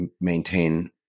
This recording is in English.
maintain